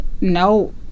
No